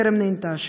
וטרם נענתה.